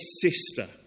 sister